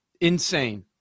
Insane